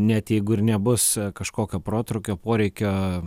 net jeigu ir nebus kažkokio protrūkio poreikio